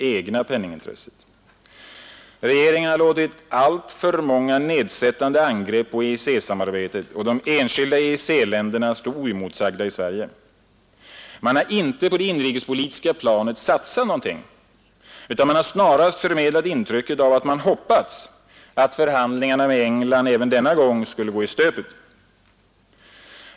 Regeringen har låtit 2 december 1971 alltför många nedsättande angrepp på EEC-samarbetet och de enskilda EEC+-änderna stå oemotsagda i Sverige. Man har inte på det inrikespolitiska planet satsat något utan har snarast förmedlat intrycket av att man hoppats att förhandlingarna med England även denna gång skulle gå i stöpet.